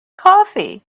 coffee